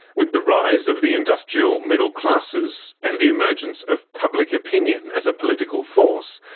with the rise of the industrial middle classes and the emergence of public opinion as a political force,